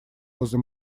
возле